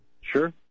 Sure